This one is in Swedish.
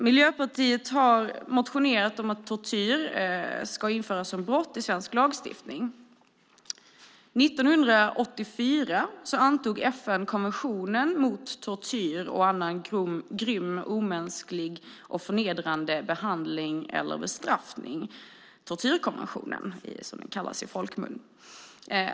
Miljöpartiet har motionerat om detta. År 1984 antog FN konventionen mot tortyr och annan grym, omänsklig och förnedrande behandling eller bestraffning - tortyrkonventionen, som den kallas i folkmun.